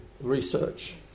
research